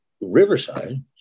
Riverside